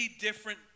different